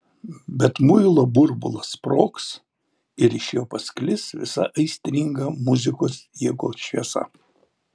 bet muilo burbulas sprogs ir iš jo pasklis visa aistringa muzikos jėgos šviesa